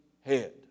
head